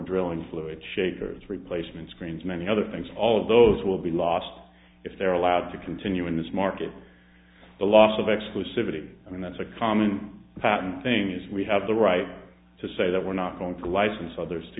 drilling fluid shakers replacement screens many other things all of those will be lost if they're allowed to continue in this market the loss of exclusivity i mean that's a common pattern thing is we have the right to say that we're not going to license others to